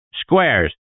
Square's